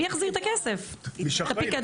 מי יחזיר את הכסף של הפיקדון?